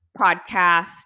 podcast